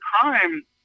crime